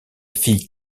fille